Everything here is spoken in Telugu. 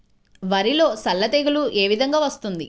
వరిలో సల్ల తెగులు ఏ విధంగా వస్తుంది?